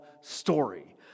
story